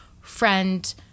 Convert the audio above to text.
friend